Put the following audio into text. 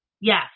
Yes